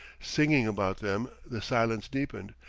singing about them, the silence deepened.